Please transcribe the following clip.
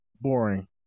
boring